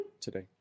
today